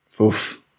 Oof